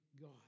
God